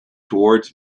towards